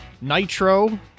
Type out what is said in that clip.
Nitro